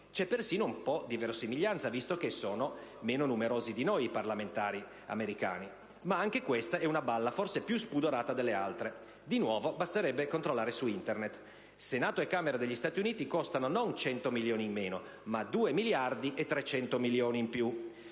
C'è persino un po' di verosimiglianza, visto che i parlamentari americani sono meno numerosi di noi. Ma anche questa è una balla, forse più spudorata delle altre. Di nuovo, basterebbe controllare su Internet: Senato e Camera degli Stati Uniti costano non 100 milioni in meno, ma 2,3 miliardi in più!